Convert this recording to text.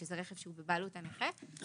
שזה רכב שבבעלות הנכה,